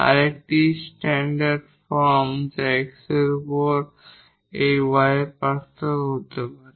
আরেকটি standard form x এর উপর এই y এর পার্থক্য হতে পারে